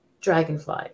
Dragonfly